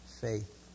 faith